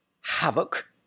havoc